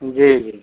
जी जी